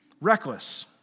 Reckless